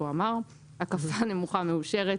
TURBULANCE (6)הקפה נמוכה מאושרת.